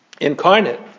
incarnate